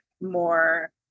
more